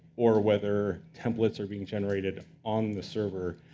or whether templates are being generated on the server,